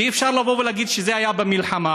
שאי-אפשר לבוא ולהגיד שזה היה במלחמה,